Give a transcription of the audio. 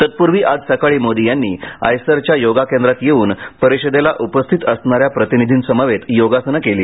तत्पूर्वी आज सकाळी मोदी यांनी आयसरच्या योगा केंद्रात येऊन परिषदेला उपस्थित असणाऱ्या प्रतिनिधींसमवेत योगासने केली